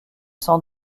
sans